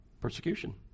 persecution